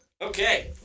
Okay